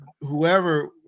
Whoever